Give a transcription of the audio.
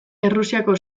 errusiako